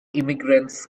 immigrants